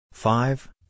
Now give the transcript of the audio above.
Five